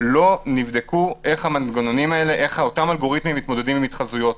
לא נבדק איך אותם אלגוריתמים מתמודדים עם התחזויות.